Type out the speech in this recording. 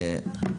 תודה.